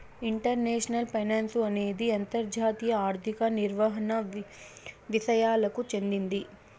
international finance అనేది అంతర్జాతీయ ఆర్థిక నిర్వహణ విసయాలకు చెందింది